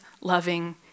loving